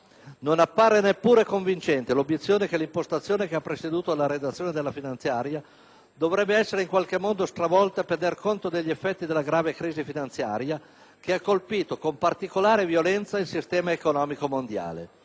Non appare neppure convincente l'obiezione che l'impostazione che ha preceduto la redazione della finanziaria dovrebbe essere in qualche modo stravolta, per dare conto degli effetti della grave crisi finanziaria che ha colpito con particolare violenza il sistema economico mondiale.